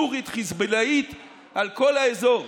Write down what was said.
סורית וחיזבאללאית על כל האזור.